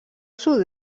sud